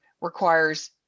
requires